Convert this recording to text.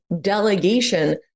delegation